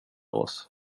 oss